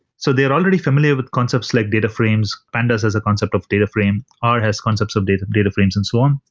so they're already familiar with concepts like data frames, panda has has a concept of data frame, r has concepts of data data frames and so on.